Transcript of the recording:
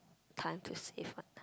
time to save what